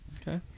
Okay